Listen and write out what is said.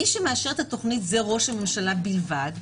מי שמאשר את התוכנית זה ראש הממשלה בלבד.